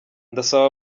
ndasaba